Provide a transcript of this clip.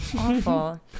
Awful